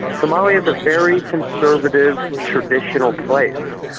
somalia is a very conservative, traditional place,